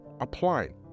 applying